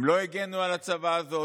הם לא הגנו על הצוואה הזאת,